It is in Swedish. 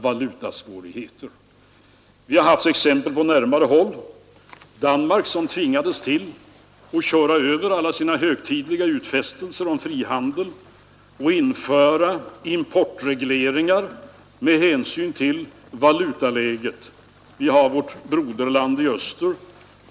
Men vi har också sett exempel på närmare håll. I Danmark har man sålunda på grund av valutaläget tvingats till att köra över alla sina högtidliga utfästelser om frihandel och införa importregleringar. Eller vi kan se på vårt broderland i öster.